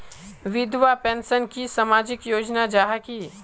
विधवा पेंशन की सामाजिक योजना जाहा की?